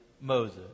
Moses